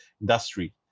industry